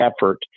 effort